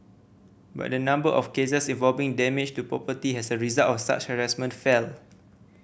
but the number of cases involving damage to property has a result of such harassment fell